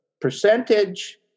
percentage